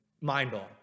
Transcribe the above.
mind-blowing